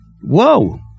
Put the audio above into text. Whoa